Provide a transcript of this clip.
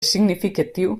significatiu